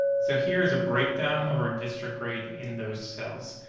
so here is a breakdown of our district grade in those cells.